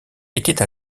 étaient